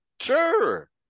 Sure